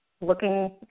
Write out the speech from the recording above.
Looking